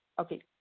Okay